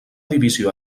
divisió